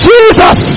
Jesus